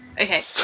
okay